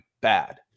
bad